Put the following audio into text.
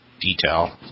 detail